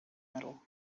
metal